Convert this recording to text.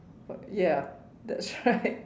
what ya that's right